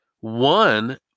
One